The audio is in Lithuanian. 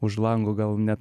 už lango gal net